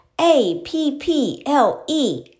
A-P-P-L-E